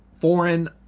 foreign